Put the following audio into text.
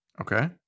Okay